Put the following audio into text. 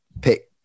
pick